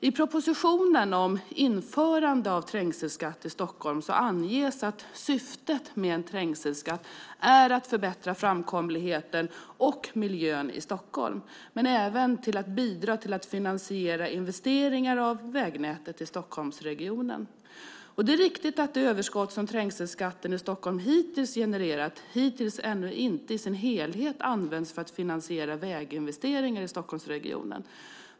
I proposition 2006/07:109 Införande av trängselskatt i Stockholm anges att syftet med en trängselskatt är att förbättra framkomligheten och miljön i Stockholm, men även att bidra till att finansiera investeringar vägnätet i Stockholmsregionen. Det är riktigt att det överskott som trängselskatten i Stockholm hittills genererat ännu inte i sin helhet använts för att finansiera väginvesteringar i Stockholmsregionen.